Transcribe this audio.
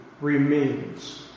remains